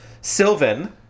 Sylvan